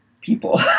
people